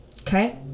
Okay